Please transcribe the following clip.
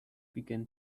began